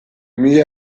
mila